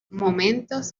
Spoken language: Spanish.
momentos